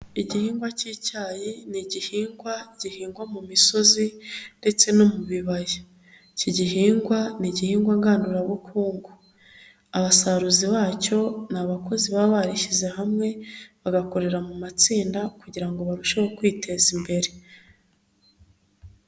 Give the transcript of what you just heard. Igihingwa cy'icyayi, ni igihingwa gihingwa mu misozi ndetse no mu bibaya, iki gihingwa, ni igihingwa ngandurabukungu, abasaruzi bacyo, ni abakozi baba barishyize hamwe, bagakorera mu matsinda kugirango ngo barusheho kwiteza imbere.